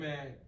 man